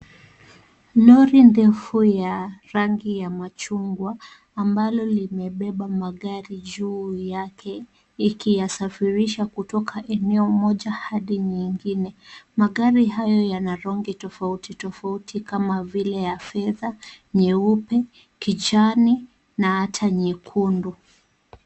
Lori ndefu ya rangi ya machungwa ambalo limebeba magari juu yake, ikiyasafirisha kutoka eneo moja hadi nyingine. Magari hayo yana rangi tofauti tofaui kama vile ya fedha, nyeupe, kijani na hata nyekundu.